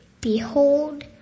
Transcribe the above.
behold